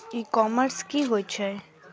ई commerce की होय छेय?